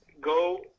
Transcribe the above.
go